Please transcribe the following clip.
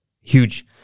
huge